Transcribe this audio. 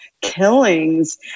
killings